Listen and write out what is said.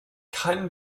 can